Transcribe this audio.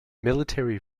military